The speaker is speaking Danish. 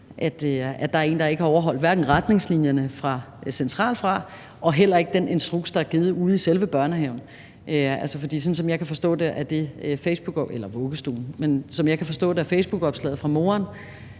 der er en, der ikke har overholdt hverken retningslinjerne fra centralt hold eller den instruks, der er givet ude i selve vuggestuen. For sådan som jeg kan forstå det af det facebookopslag fra moderen,